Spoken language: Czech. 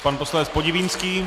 Pan poslanec Podivínský.